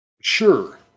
Sure